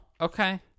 okay